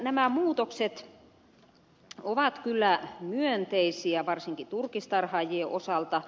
nämä muutokset ovat kyllä myönteisiä varsinkin turkistarhaajien osalta